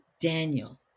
daniel